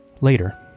later